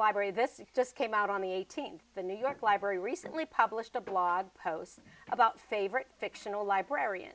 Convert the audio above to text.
ivory this just came out on the eighteenth the new york library recently published a blog post about favorite fictional librarian